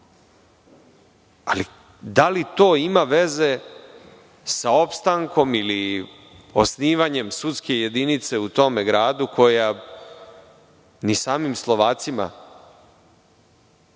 li to ima veze sa opstankom ili osnivanjem sudske jedinice u tom gradu, koja ni samim Slovacima